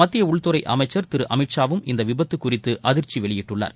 மத்திய உள்துறை அமைச்சர் திரு அமித்ஷா வும் இந்த விபத்து குறித்து அதிர்ச்சி வெளியிட்டுள்ளார்